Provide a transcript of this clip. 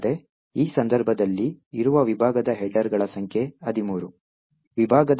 ಅಲ್ಲದೆ ಈ ಸಂದರ್ಭದಲ್ಲಿ ಇರುವ ವಿಭಾಗದ ಹೆಡರ್ಗಳ ಸಂಖ್ಯೆ 13